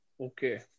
Okay